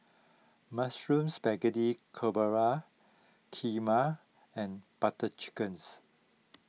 Mushroom Spaghetti Carbonara Kheema and Butter Chickens